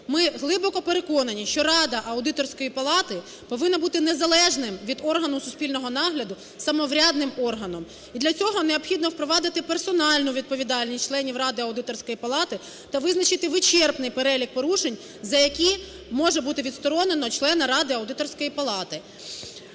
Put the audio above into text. Ми глибоко переконані, що рада Аудиторської палати повинна бути незалежним від органу суспільного нагляду самоврядним органом. І для цього необхідно впровадити персональну відповідальність членів ради Аудиторської палати та визначити вичерпний перелік порушень, за які може бути відсторонено члена ради Аудиторської палати.